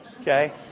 Okay